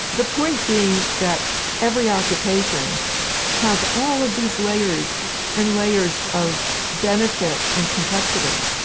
the point being that every occupation has all of these layers and layers of benefit and complexity,